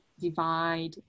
divide